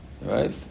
Right